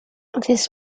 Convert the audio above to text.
this